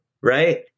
right